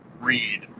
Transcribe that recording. read